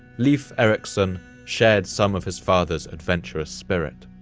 leif erikson shared some of his father's adventurous spirit,